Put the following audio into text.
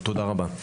תודה רבה.